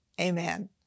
Amen